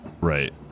Right